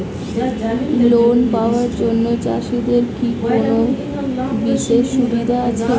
Loan পাওয়ার জন্য চাষিদের কি কোনো বিশেষ সুবিধা আছে?